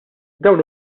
dawn